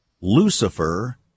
Lucifer